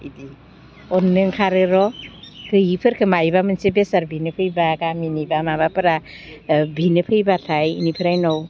इदि अननो ओंखारो र' गैयिफोरखो मायबा मोनसे बेसाद बिनो फैब्ला गामिनि बा माबाफोरा बिनो फैब्लाथाय इनिफ्राय उनाव